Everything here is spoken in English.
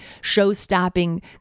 show-stopping